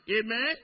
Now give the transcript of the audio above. Amen